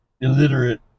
Illiterate